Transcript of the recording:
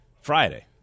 Friday